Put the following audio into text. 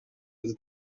the